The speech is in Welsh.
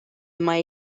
mae